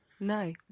No